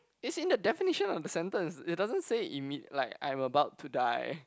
it's in the definition of the sentence it doesn't say imme~ like I'm about to die